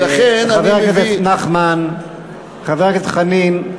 ולכן, חבר הכנסת נחמן, חבר הכנסת חנין,